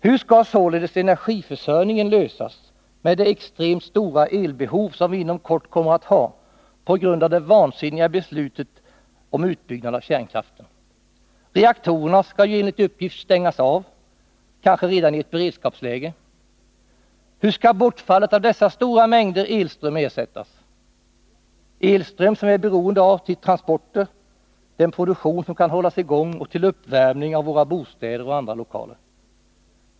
Hur skall sålunda energiförsörjningen lösas med det extremt stora elbehov som vi inom kort kommer att ha på grund av det vansinniga beslutet om utbyggnad av kärnkraften? Reaktorerna skall ju enligt uppgift kanske stängas av redan i ett beredskapsläge. Hur skall bortfallet av dessa stora mängder elström ersättas? Denna elström är vi beroende av till transporter, 51 till den produktion som kan hållas i gång och till uppvärmning av våra bostäder och andra lokaler.